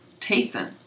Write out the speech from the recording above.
Tathan